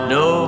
no